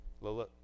Lola